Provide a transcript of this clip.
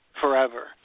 forever